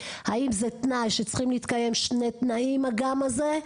האם זה תנאי שצריכים להתקיים שני תנאים הגם הזה,